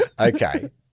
Okay